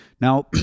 Now